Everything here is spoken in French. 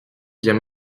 bien